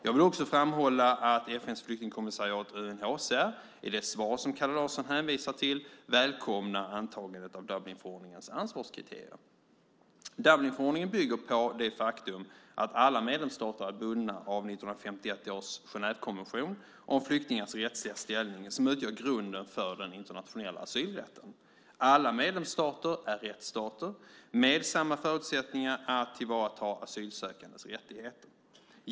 Jag vill också framhålla att FN:s flyktingkommissariat UNHCR, i det svar som Kalle Larsson hänvisar till, välkomnar antagandet av Dublinförordningens ansvarskriterier. Dublinförordningen bygger på det faktum att alla medlemsstater är bundna av 1951 års Genèvekonvention om flyktingars rättsliga ställning, som utgör grunden för den internationella asylrätten. Alla medlemsstater är rättsstater med samma förutsättningar att tillvarata asylsökandes rättigheter.